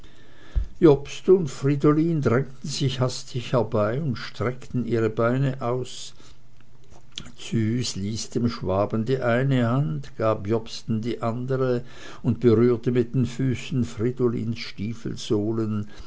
jobst und fridolin drängten sich hastig herbei und streckten ihre beine aus züs ließ dem schwaben die eine hand gab jobsten die andere und berührte mit den füßen fridolins